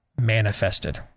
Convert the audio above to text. Manifested